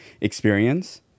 experience